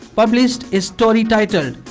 published a story titled,